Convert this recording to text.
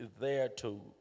thereto